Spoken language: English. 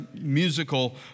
musical